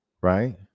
right